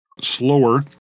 Slower